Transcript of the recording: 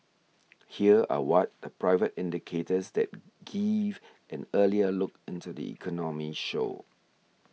here are what the private indicators that give an earlier look into the economy show